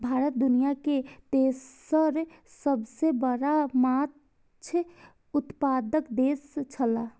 भारत दुनिया के तेसर सबसे बड़ा माछ उत्पादक देश छला